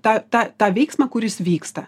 tą tą tą veiksmą kuris vyksta